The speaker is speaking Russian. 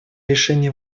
решения